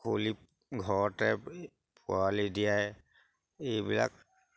খুলি ঘৰতে এই পোৱালি দিয়াই এইবিলাক